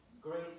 great